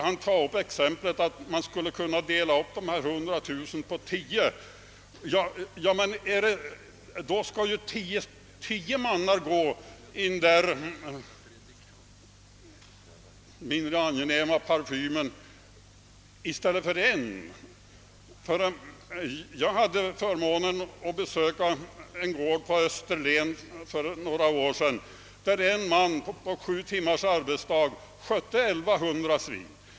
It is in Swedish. Han menar att man skulle kunna dela upp dessa 100000 på tio företag, men då skulle ju tio människor gå i den där mindre angenäma parfymen i stället för en. Jag hade förmånen att besöka en stor gård på Österlen för några år sedan, där en man på sju timmars arbetsdag skötte 1100 svin.